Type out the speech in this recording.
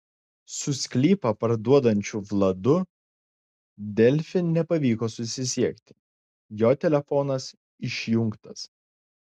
su sklypą parduodančiu vladu delfi nepavyko susisiekti jo telefonas išjungtas